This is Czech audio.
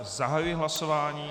Zahajuji hlasování...